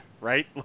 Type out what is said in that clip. right